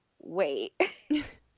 wait